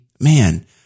man